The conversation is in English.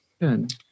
Good